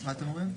מה אתם אומרים?